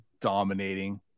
dominating